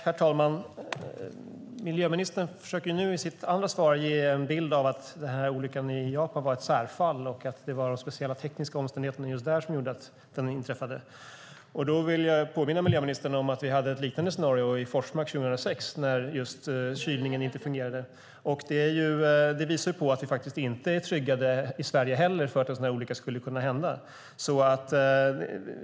Herr talman! Miljöministern försöker nu i sitt andra svar ge en bild av att olyckan i Japan var ett särfall och att det var de speciella tekniska omständigheterna just där som gjorde att den inträffade. Då vill jag påminna miljöministern om att vi hade ett liknande scenario i Forsmark 2006 när just kylningen inte fungerade. Det visar på att vi faktiskt inte är tryggade i Sverige heller för att en sådan här olycka skulle kunna hända.